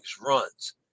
runs